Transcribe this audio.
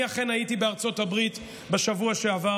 אני אכן הייתי בארצות הברית בשבוע שעבר.